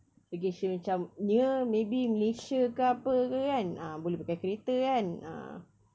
vacation macam near maybe malaysia ke apa ke kan ah boleh pakai kereta kan ah